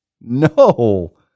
no